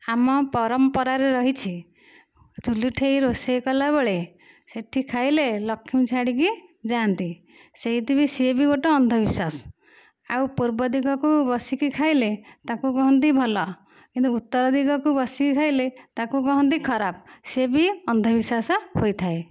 ଆମ ପରମ୍ପରାରେ ରହିଛି ଚୁଲିଠେଇ ରୋଷେଇ କଲାବେଳେ ସେହିଠି ଖାଇଲେ ଲକ୍ଷ୍ମୀ ଛାଡ଼ିକି ଯାଆନ୍ତି ସେହିଠି ବି ସିଏ ବି ଗୋଟିଏ ଅନ୍ଧବିଶ୍ୱାସ ଆଉ ପୂର୍ବ ଦିଗକୁ ବସିକି ଖାଇଲେ ତାକୁ କହନ୍ତି ଭଲ କିନ୍ତୁୁ ଉତ୍ତର ଦିଗକୁ ବସିକି ଖାଇଲେ ତାକୁ କହନ୍ତି ଖରାପସିଏ ବି ଅନ୍ଧବିଶ୍ୱାସ ହୋଇଥାଏ